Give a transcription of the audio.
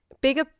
bigger